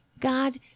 God